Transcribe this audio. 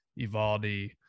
Ivaldi